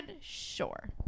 Sure